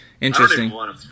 interesting